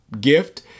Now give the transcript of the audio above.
gift